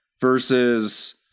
versus